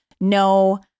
no